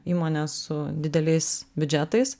įmonės su dideliais biudžetais